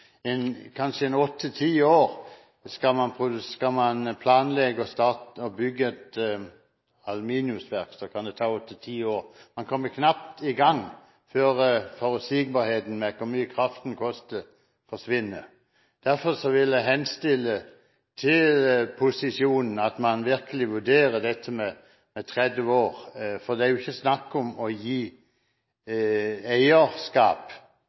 ta åtte–ti år. Man kommer knapt i gang før forutsigbarheten med hvor mye kraften koster, forsvinner. Derfor vil jeg henstille til posisjonen om virkelig å vurdere dette med 30 år, for det er jo ikke snakk om å gi eierskap,